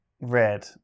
Red